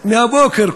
מהבוקר,